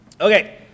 Okay